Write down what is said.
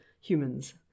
humans